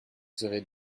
serait